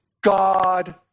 God